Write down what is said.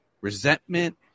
resentment